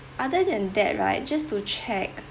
other than that right just to check